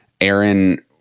Aaron